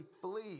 flee